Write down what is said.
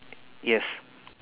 yes